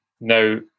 Now